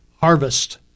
harvest